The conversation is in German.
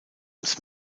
als